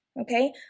okay